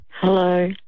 Hello